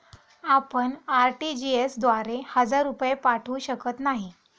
आपण आर.टी.जी.एस द्वारे हजार रुपये पाठवू शकत नाही